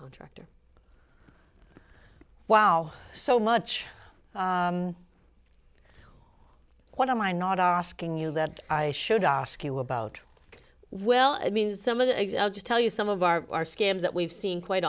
contractor wow so much what am i not asking you that i should ask you about well i mean some of the exact to tell you some of our are scams that we've seen quite